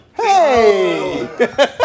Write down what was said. Hey